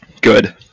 Good